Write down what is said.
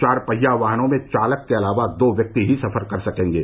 चार पहिया वाहनों में चालक के अलावा दो व्यक्ति ही सफर कर सकेंगे